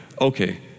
okay